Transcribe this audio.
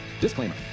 Disclaimer